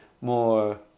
more